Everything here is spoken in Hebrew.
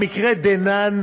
במקרה דנן